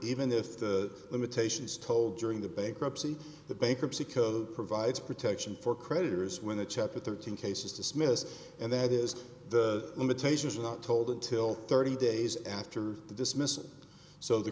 even if the limitation is told during the bankruptcy the bankruptcy code provides protection for creditors when the chapter thirteen case is dismissed and that is the limitations are not told until thirty days after the dismissal so the